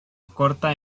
corta